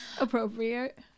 Appropriate